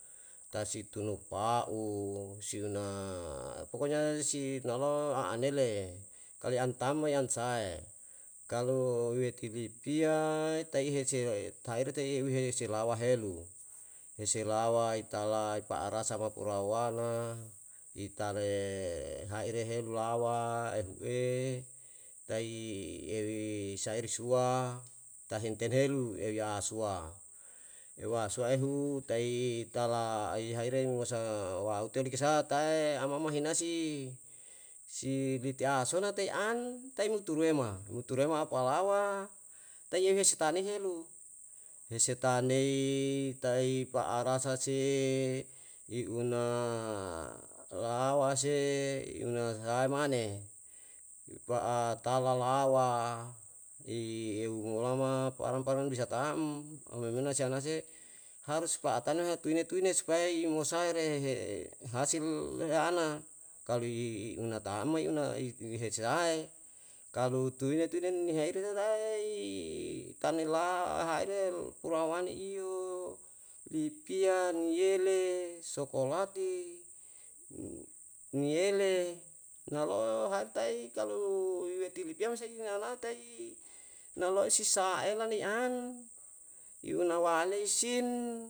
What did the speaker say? tasi tunu pa'u, siuna pokonya si nalo aanele, kalu i an tam yan sahae? Kali weti lipia, tai hesi roe, taere te'i ehuhe si lawa helu, hese lawa itala ipa'a rasa papuraowana, itare haire helu lawa ehu'e, tai i ewi saire sua, tai himten helu euya sua. Euwasua ehu tai tala aihaire ni wasa waute ni ke sa'a tae ama mahaina si, si biti asona tei an, tai muturwem. Muturuwema apalawa, tai eu hesi tanei helu, hese tanei, ta'i pa'arasa se i una lawa se, i una sahae mane. Ipa'a talalawa, i eu molama parang parang bisa tam, au memena si anase, harus pa'atane me he tuine tuine supayai mosaire rehe hasil leana, kalu i una tam maiuna ititi hesilae, kalu tuine tuine neni hairi na tae i tanela haire pulawane iyo, lipiya, niyele, sokolate, niyele nalo'o hartai kalu iweti lipia masai inalata'i nalo'o si saele ni an, yuna walei sin